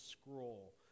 scroll